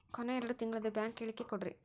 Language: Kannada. ಕೊನೆ ಎರಡು ತಿಂಗಳದು ಬ್ಯಾಂಕ್ ಹೇಳಕಿ ಕೊಡ್ರಿ